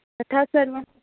तथा सर्वं